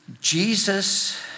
Jesus